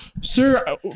sir